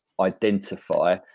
identify